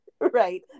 right